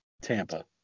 Tampa